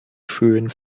schön